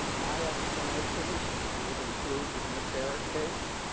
my explanations would include the mccarrick case,